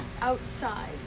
Outside